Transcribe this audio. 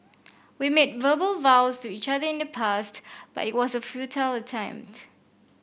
we made verbal vows to each other in the past but it was a futile attempt